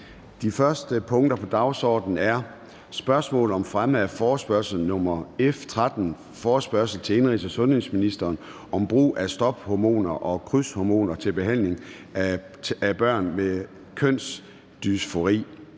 Det første punkt på dagsordenen er: 1) Spørgsmål om fremme af forespørgsel nr. F 13: Forespørgsel til indenrigs- og sundhedsministeren om brug af stophormoner og krydshormoner til behandling af børn med kønsdysfori.